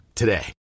today